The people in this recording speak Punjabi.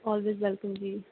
ਔਲਵੇਜ ਵੈਲਕਮ ਜੀ